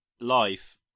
Life